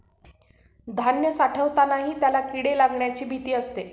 धान्य साठवतानाही त्याला किडे लागण्याची भीती असते